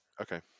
Okay